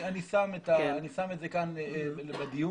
אני שם את זה לדיון,